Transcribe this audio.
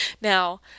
Now